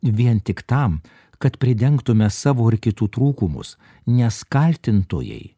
vien tik tam kad pridengtumėme savo ir kitų trūkumus nes kaltintojai